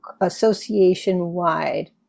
association-wide